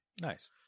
Nice